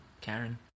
Karen